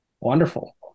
Wonderful